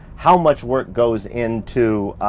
how much work goes into